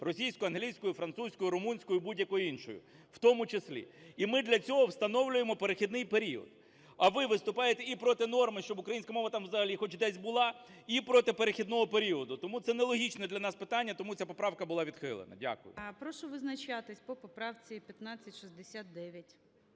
російською, англійською, французькою, румунською, і будь-якою іншою в тому числі. І ми для цього встановлюємо перехідний період. А ви виступаєте і проти норми, щоб українська мова там взагалі хоч десь була, і проти перехідного періоду. Тому це нелогічне для нас питання. Тому ця поправка була відхилена. Дякую. ГОЛОВУЮЧИЙ. Прошу визначатись по поправці 1569.